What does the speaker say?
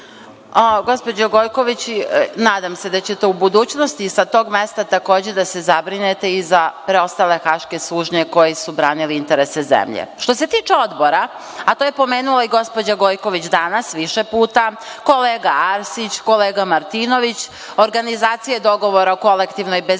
Gospođo Gojković, nadam se da ćete u budućnosti sa tog mesta takođe da se zabrinete i za preostale haške sužnje koji su branili interese zemlje. Što se tiče odbora, a to je pomenula i gospođa Gojković danas, više puta, kolega Arsić, kolega Martinović, organizacije, dogovora o kolektivnoj bezbednosti